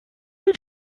den